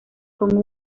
con